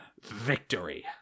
victory